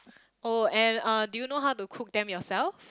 oh and uh do you know how to cook them yourself